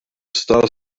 star